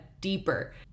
deeper